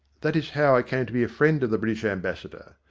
that is how i came to be a friend of the british ambassador.